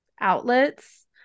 outlets